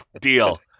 Deal